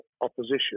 opposition